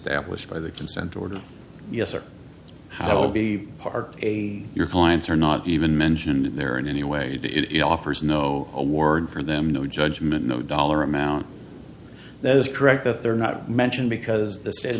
staff was by the consent order yes or how it will be part a your clients are not even mentioned in their in any way it offers no award for them no judgment no dollar amount that is correct that they're not mentioned because the state of